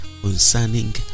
concerning